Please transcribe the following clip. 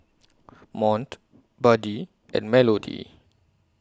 Mont Buddy and Melodee